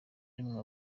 rimwe